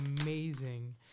amazing